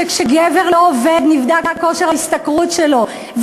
שכשגבר לא עובד נבדק כושר ההשתכרות שלו,